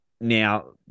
now